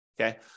Okay